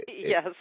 Yes